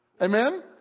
Amen